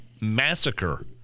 Massacre